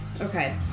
okay